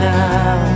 now